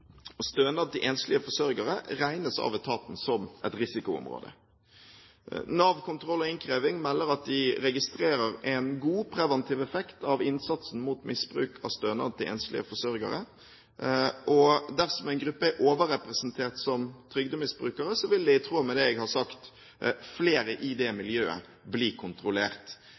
Stønad til enslige forsørgere regnes av etaten som et risikoområde. Nav kontroll og innkreving melder at de registrerer en god preventiv effekt av innsatsen mot misbruk av stønad til enslige forsørgere. Dersom en gruppe er overrepresentert som trygdemisbrukere, vil, i tråd med det jeg har sagt, flere i det miljøet bli kontrollert.